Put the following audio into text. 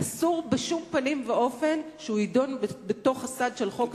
אסור בשום פנים ואופן שהוא יידון בסד של חוק ההסדרים.